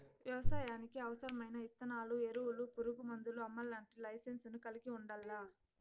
వ్యవసాయానికి అవసరమైన ఇత్తనాలు, ఎరువులు, పురుగు మందులు అమ్మల్లంటే లైసెన్సును కలిగి ఉండల్లా